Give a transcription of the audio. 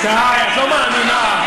די, את לא מאמינה.